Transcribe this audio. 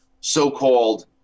so-called